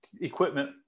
equipment